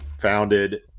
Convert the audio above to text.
founded